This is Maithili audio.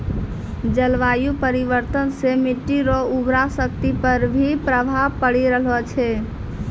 जलवायु परिवर्तन से मट्टी रो उर्वरा शक्ति पर भी प्रभाव पड़ी रहलो छै